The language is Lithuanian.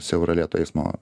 siaurą lėto eismo